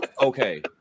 Okay